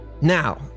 Now